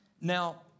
Now